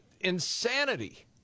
insanity